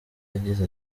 yagize